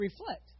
reflect